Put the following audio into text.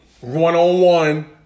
one-on-one